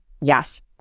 Yes